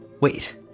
Wait